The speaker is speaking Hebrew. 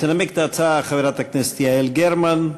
תנמק את ההצעה חברת הכנסת יעל גרמן,